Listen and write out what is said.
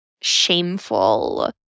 shameful